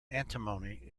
antimony